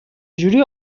جوری